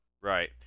Right